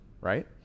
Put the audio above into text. right